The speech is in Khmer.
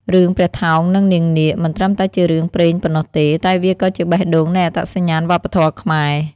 រឿងព្រះថោង និងនាងនាគ មិនត្រឹមតែជារឿងព្រេងប៉ុណ្ណោះទេ តែវាក៏ជាបេះដូងនៃអត្តសញ្ញាណវប្បធម៌ខ្មែរ។